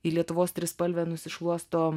į lietuvos trispalvę nusišluosto